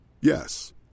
Yes